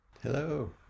Hello